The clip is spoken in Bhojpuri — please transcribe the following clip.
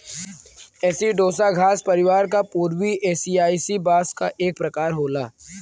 एसिडोसा घास परिवार क पूर्वी एसियाई बांस क एक प्रकार होला